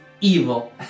evil